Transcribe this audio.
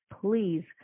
please